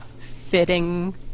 fitting